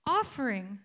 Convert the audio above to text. offering